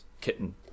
kitten